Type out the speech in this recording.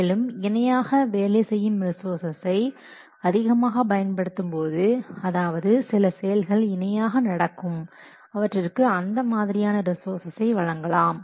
மேலும் இணையாக வேலை செய்யும் ரிசோர்சஸை அதிகமாக பயன்படுத்தும் போது அதாவது சில செயல்கள் இணையாக நடக்கும் அவற்றிற்கு அந்த மாதிரியான ரிசோர்சஸை வழங்கலாம்